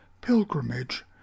pilgrimage